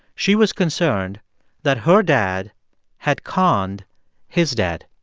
she was concerned that her dad had conned his dad.